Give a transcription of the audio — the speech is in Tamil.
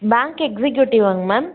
பேங்க் எக்ஸிக்யூட்டிவாங்க மேம்